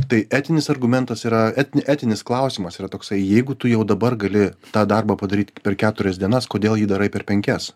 tai etinis argumentas yra etinė etinis klausimas yra toksai jeigu tu jau dabar gali tą darbą padaryt per keturias dienas kodėl jį darai per penkias